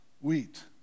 wheat